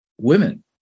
women